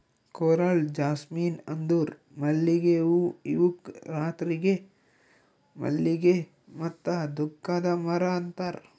coral jasmine ಅಂದುರ್ ಮಲ್ಲಿಗೆ ಹೂವು ಇವುಕ್ ರಾತ್ರಿ ಮಲ್ಲಿಗೆ ಮತ್ತ ದುಃಖದ ಮರ ಅಂತಾರ್